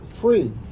free